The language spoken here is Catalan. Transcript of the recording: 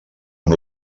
amb